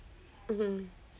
mmhmm